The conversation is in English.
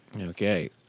Okay